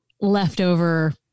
leftover